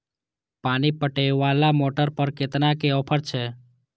पानी पटवेवाला मोटर पर केतना के ऑफर छे?